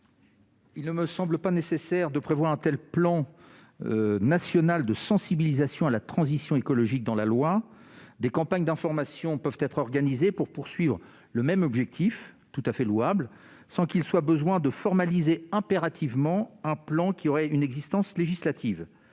Il ne me semble pas nécessaire de prévoir un tel plan national de sensibilisation à la transition écologique dans la loi. Des campagnes d'information peuvent être organisées pour viser le même objectif, tout à fait louable, sans qu'il soit besoin de formaliser impérativement un plan ayant une existence législative.